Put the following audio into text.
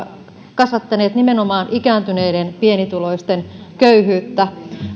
kasvattaneet nimenomaan ikääntyneiden pienituloisten köyhyyttä